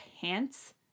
pants